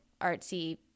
artsy